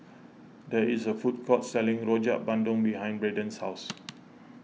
there is a food court selling Rojak Bandung behind Braden's house